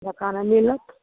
दोकानमे मिलत